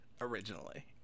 originally